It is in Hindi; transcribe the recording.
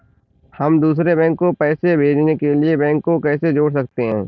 हम दूसरे बैंक को पैसे भेजने के लिए बैंक को कैसे जोड़ सकते हैं?